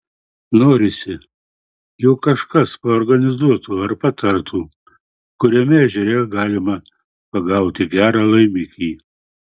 norisi jog kažkas paorganizuotų ar patartų kuriame ežere galima pagauti gerą laimikį